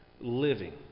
living